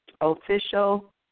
Official